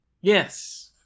Yes